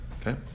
Okay